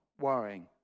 worrying